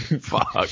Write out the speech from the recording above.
Fuck